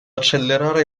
accelerare